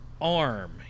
arm